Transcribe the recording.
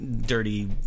dirty